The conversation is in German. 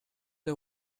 der